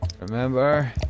Remember